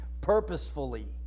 purposefully